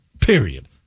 Period